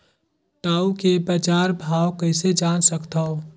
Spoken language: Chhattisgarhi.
टाऊ के बजार भाव कइसे जान सकथव?